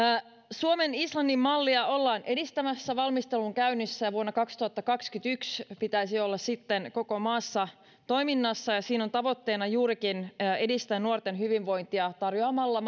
suomen islannin mallia ollaan edistämässä valmistelu on käynnissä ja vuonna kaksituhattakaksikymmentäyksi pitäisi olla koko maassa toiminnassa ja siinä on tavoitteena juurikin edistää nuorten hyvinvointia tarjoamalla